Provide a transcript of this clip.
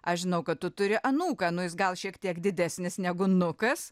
aš žinau kad tu turi anūką nu jis gal šiek tiek didesnis negu nukas